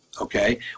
Okay